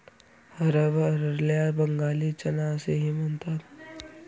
हरभऱ्याला बंगाली चना असेही म्हणतात